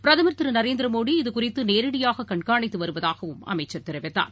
பிரதமர் திருநரேந்திரமோடி இது குறித்துநேரடியாககண்காணித்துவருவதாகவும் அமைச்சர் தெரிவித்தார்